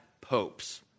Popes